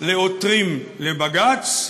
לעותרים לבג"ץ,